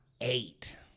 eight